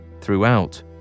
Throughout